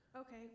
Okay